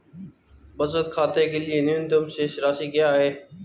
बचत खाते के लिए न्यूनतम शेष राशि क्या है?